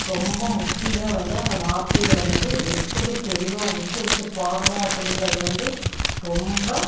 ரொம்ப முக்கியமே வந்து அந்த வார்த்தையை வந்து எப்படி தெளிவாக உச்சரித்து பாடுறோம் அப்படிங்குறது வந்து ரொம்ப